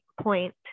point